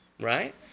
right